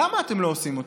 למה אתם לא עושים אותם?